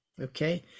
Okay